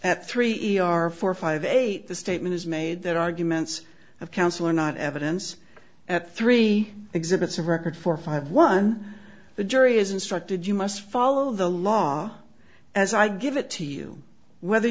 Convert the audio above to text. at three e r four five eight the statement is made that arguments of counsel are not evidence at three exhibits a record four five one the jury is instructed you must follow the law as i give it to you whether